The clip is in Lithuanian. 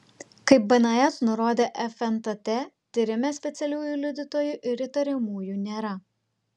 kaip bns nurodė fntt tyrime specialiųjų liudytojų ir įtariamųjų nėra